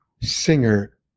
singer